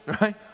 right